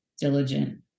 diligent